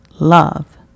love